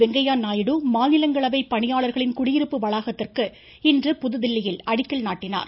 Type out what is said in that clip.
வெங்கையாநாயுடு மாநிலங்களவை பணியாளர்களின் குடியிருப்பு வளாகத்திற்கு இன்று புதுதில்லியில் அடிக்கல் நாட்டினார்